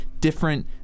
different